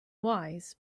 wise